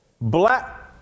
black